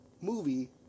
movie